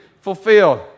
fulfilled